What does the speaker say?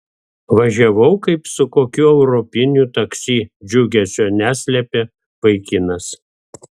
važiavau kaip su kokiu europiniu taksi džiugesio neslėpė vaikinas